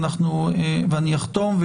ואני אחתום.